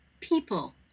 people